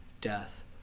death